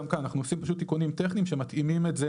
גם כאן אנחנו עושים פשוט תיקונים טכניים שמתאימים את זה